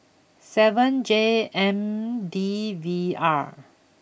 seven J M D V R